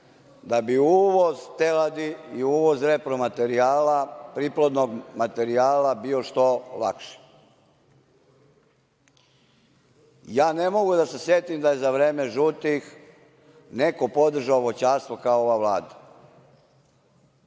da bi uvoz teladi i uvoz repromaterijala, priplodnog materijala bio što lakši. Ja ne mogu da se setim da je za vreme žutih neko podržao voćarstvo kao ova Vlada.